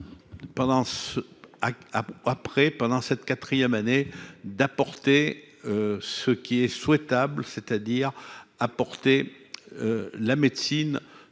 pendant cette 4ème année d'apporter ce qui est souhaitable, c'est-à-dire apporter la médecine